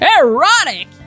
erotic-